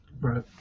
right